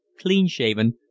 clean-shaven